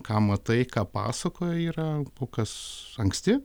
ką matai ką pasakoja yra kol kas anksti